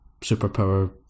superpower